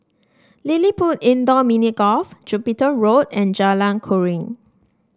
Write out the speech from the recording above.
LilliPutt Indoor Mini Golf Jupiter Road and Jalan Keruing